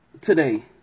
today